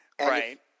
Right